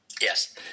Yes